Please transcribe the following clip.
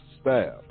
staff